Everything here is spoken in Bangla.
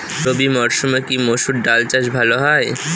রবি মরসুমে কি মসুর ডাল চাষ ভালো হয়?